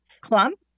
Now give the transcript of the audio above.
clump